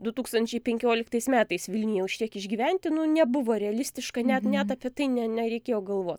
du tūkstančiai penkioliktais metais vilniuje už tiek išgyventi nu nebuvo realistiška net net apie tai ne nereikėjo galvot